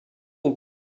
ont